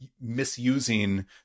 misusing